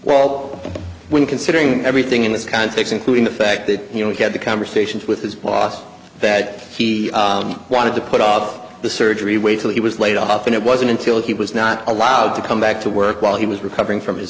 well when considering everything in this context including the fact that you know he had the conversations with his boss that he wanted to put off the surgery wait till he was laid off and it wasn't until he was not allowed to come back to work while he was recovering from his